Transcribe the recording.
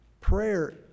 Prayer